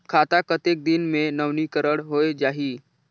खाता कतेक दिन मे नवीनीकरण होए जाहि??